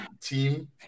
team